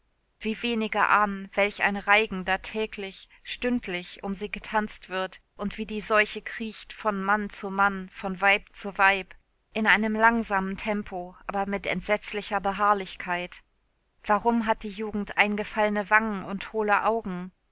wie wenige ahnen welch ein reigen da täglich stündlich um sie getanzt wird und wie die seuche kriecht von mann zu mann von weib zu weib in einem langsamen tempo aber mit entsetzlicher beharrlichkeit warum hat die jugend eingefallene wangen und hohle augen